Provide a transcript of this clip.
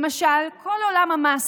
למשל, כל עולם המס.